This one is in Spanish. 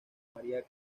maría